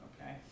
Okay